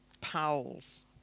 pals